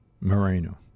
Moreno